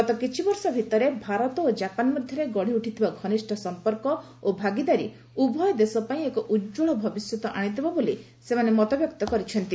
ଗତ କିଛି ବର୍ଷ ଭିତରେ ଭାରତ ଓ କାପାନ ମଧ୍ୟରେ ଗଢ଼ି ଉଠିଥିବା ଘନିଷ୍ଠ ସମ୍ପର୍କ ଓ ଭାଗିଦାରୀ ଉଭୟ ଦେଶ ପାଇଁ ଏକ ଉଜ୍ୱଳ ଭବିଷ୍ୟତ ଆଣିଦେବ ବୋଲି ସେମାନେ ମତବ୍ୟକ୍ତ କରିଛନ୍ତି